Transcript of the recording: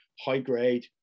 high-grade